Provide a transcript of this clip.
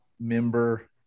member